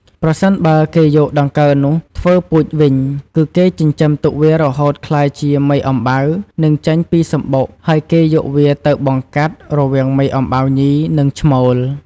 ប្រសិនបើគេយកដង្កូវនោះធ្វើពូជវិញ គឺគេចិញ្ចឹមទុកវារហូតក្លាយជាមេអំបៅ នឹងចេញពីសំបុក ហើយគេយកវាទៅបង្កាត់ រវាងមេអំបៅញី និងឈ្មោល។